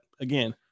again